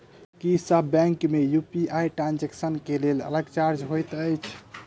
की सब बैंक मे UPI transaction केँ लेल अलग चार्ज होइत अछि?